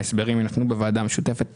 ההסברים יינתנו בוועדה המשותפת